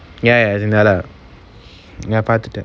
ya ya lah ya பாத்துடன்:pathutan